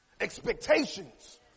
Expectations